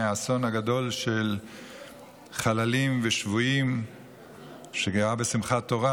באסון הגדול של חללים ושבויים שקרה בשמחת תורה.